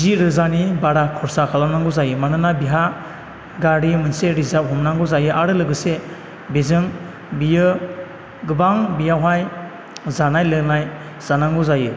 जि रोजानि बारा खरसा खालामनांगौ जायो मानोना बिहा गारि मोनसे रिजार्भ हमनांगौ जायो आरो लोगोसे बेजों बियो गोबां बियावहाय जानाय लोंनाय जानांगौ जायो